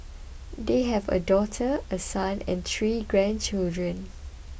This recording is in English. they have a daughter a son and three grandchildren